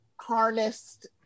harnessed